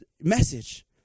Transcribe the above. message